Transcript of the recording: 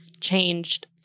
changed